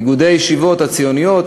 איגודי הישיבות הציוניות,